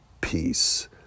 peace